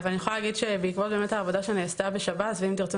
אני יכולה להגיד שבנקבות העבודה שנעשתה בשירות בתי הסוהר ואם תרצו,